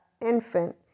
infant